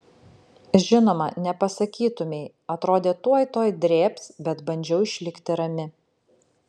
žinoma nepasakytumei atrodė tuoj tuoj drėbs bet bandžiau išlikti rami